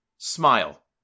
Smile